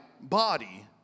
body